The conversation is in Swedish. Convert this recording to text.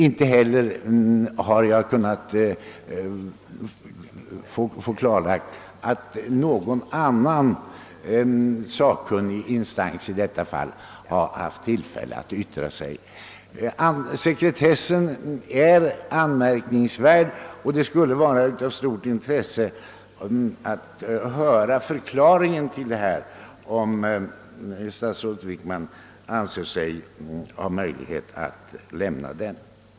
Inte heller har någon annan sakkunnig instans såvitt jag har kunnat finna haft tillfälle att yttra sig. Sekretessen är anmärkningsvärd, och det skulle vara av stort intresse att få höra förklaringen, om statsrådet Wickman anser sig ha möjlighet att lämna någon sådan.